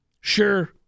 Sure